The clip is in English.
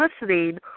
listening